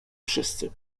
wszyscy